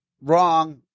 wrong